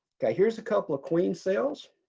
okay, here's a couple of queen so